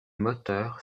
moteur